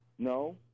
No